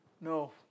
No